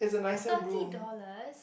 thirty dollars